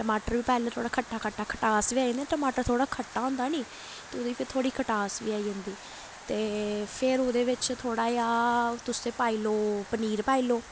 टमाटर बी पैह्लें थोह्ड़ा खट्टा खट्टा खटास बी आई जंदी टमाटर थोह्ड़ा खट्टा होंदा निं ते ओहदे च फिर थोह्ड़ी खटास बी आई जंदी ते फिर ओह्दे बिच्च थोह्ड़ा जेहा तुसें पाई लैओ पनीर पाई लैओ